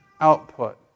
output